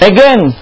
Again